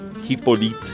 Hippolyte